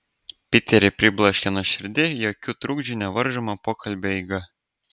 piterį pribloškė nuoširdi jokių trukdžių nevaržoma pokalbio eiga